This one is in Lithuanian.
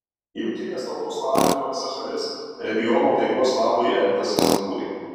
jungtinės tautos paragino visas šalis regiono taikos labui elgtis santūriai